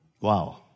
Wow